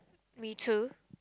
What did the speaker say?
me too